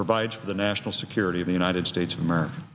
provides for the national security of the united states of america